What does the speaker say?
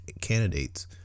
candidates